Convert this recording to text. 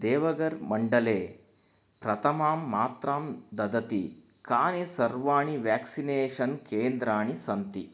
देवगर् मण्डले प्रथमां मात्रां ददति कानि सर्वाणि वेक्सिनेषन् केन्द्राणि सन्ति